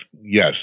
yes